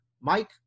Mike